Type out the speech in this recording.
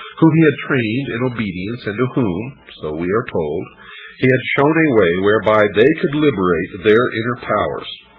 whom he had trained in obedience and to whom so we are told he had shown a way whereby they could liberate their inner powers.